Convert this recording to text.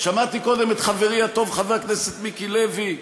שמעתי קודם את חברי הטוב חבר הכנסת מיקי לוי,